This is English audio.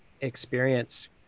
experience